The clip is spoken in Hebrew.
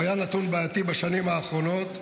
הוא היה נתון בעייתי בשנים האחרונות,